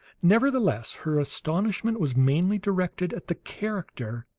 nevertheless her astonishment was mainly directed at the character,